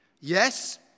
yes